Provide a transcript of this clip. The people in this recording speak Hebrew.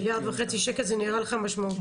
מיליארד וחצי שקלים זה נראה לך משמעותי?